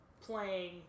playing